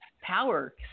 power